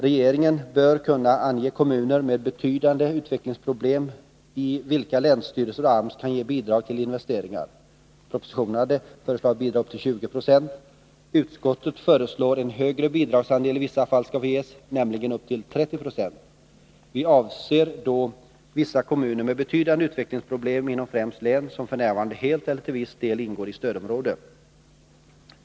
Regeringen bör kunna ange kommuner med betydande utvecklingsproblem, i vilka länsstyrelser och AMS kan få ge bidrag till investeringar. Propositionen hade föreslagit bidrag upp till 20 96. Utskottet föreslår att en högre bidragsandel i vissa fall skall få ges, nämligen upp till 30 96. Vi avser då vissa kommuner med betydande utvecklingsproblem inom främst län som f. n. helt eller till viss del ingår i stödområde.